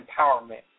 empowerment